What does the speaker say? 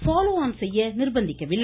பாலோ on செய்ய நிர்பந்திக்கவில்லை